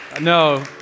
No